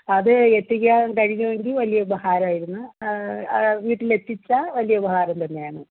അത് എത്തിക്കാൻ കഴിയുമെങ്കിൽ വലിയ ഉപകാരമായിരുന്നു വീട്ടിൽ എത്തിച്ചാൽ വലിയ ഉപകാരം തന്നെയാണ്